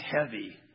heavy